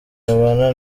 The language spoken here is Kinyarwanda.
babana